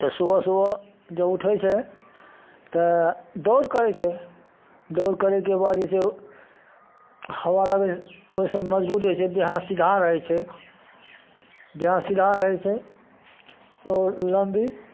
तऽ सुबह सुबह जे उठै छै तऽ दौड़ करै छै दौड़ करैके बाद जे से ओ हवा लगै ओहिसे मजबूत होइ छै देह हाथ सीधा रहै छै देह हाथ सीधा रहै छै आओर नर्व भी